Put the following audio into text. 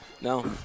no